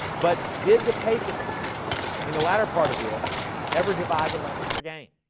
but did the papacy in the latter part of this ever divide the land for gain